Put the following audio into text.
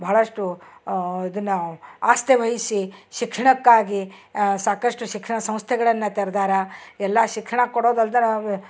ಬಹಳಷ್ಟು ಇದನ್ನ ಆಸ್ತೆ ವಹಿಸಿ ಶಿಕ್ಷಣಕ್ಕಾಗಿ ಸಾಕಷ್ಟು ಶಿಕ್ಷಣ ಸಂಸ್ಥೆಗಳನ್ನ ತೆರ್ದಾರ ಎಲ್ಲಾ ಶಿಕ್ಷಣ ಕೊಡೋದಲ್ದರ ಅವ